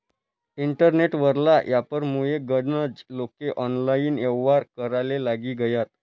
internet वरला यापारमुये गनज लोके ऑनलाईन येव्हार कराले लागी गयात